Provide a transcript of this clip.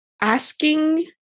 asking